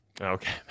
Okay